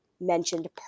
mentioned